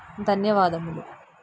ధన్యవాదములు